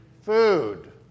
food